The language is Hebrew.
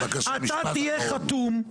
אתה תהיה חתום --- בבקשה,